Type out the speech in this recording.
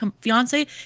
fiance